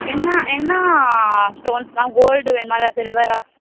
என்ன என்ன stones ma'am gold வேணுமா இல்லை சில்வரா